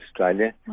Australia